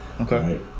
okay